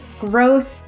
growth